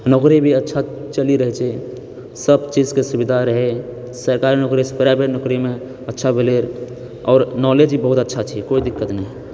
नौकरी भी अच्छा चली रहल छै सबचीजके सुविधा रहै सरकारी नौकरीसँ प्राइवेट नौकरीमे अच्छा भेलैरऽ आओर नॉलेज भी बहुत अच्छा छै कोइ दिक्कत नहि